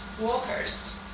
walkers